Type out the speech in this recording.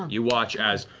you watch as